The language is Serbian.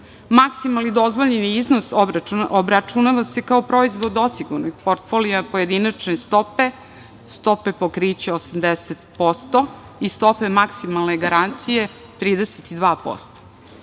Maksimalni dozvoljeni iznos obračunava se kao proizvod osiguranih portfolija pojedinačne stope, stope pokrića 80% i stope maksimalne garancije 32%.